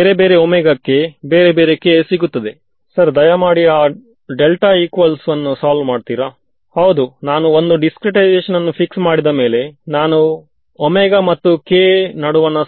so ಇದರ ಅರ್ಥ ಏನೆಂದರೆ ಉದಾಹರಣೆಗೆ ಈ ಬೌಂಡರಿಯು ತಾನಾಗಿಯೇ ಒಂದು ಕ್ಲೊಸ್ಡ್ ಬೌಂಡರಿಯಾಗಿ